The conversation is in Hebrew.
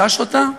חש אותה,